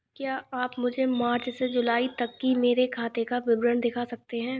क्या आप मुझे मार्च से जूलाई तक की मेरे खाता का विवरण दिखा सकते हैं?